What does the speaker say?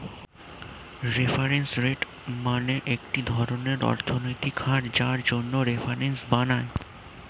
reference rate মানে একটি ধরনের অর্থনৈতিক হার যার জন্য রেফারেন্স বানায়